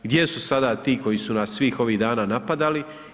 Gdje su sada ti koji su nas svih ovih dana napadali?